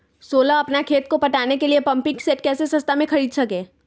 सोलह अपना खेत को पटाने के लिए पम्पिंग सेट कैसे सस्ता मे खरीद सके?